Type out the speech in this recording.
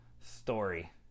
story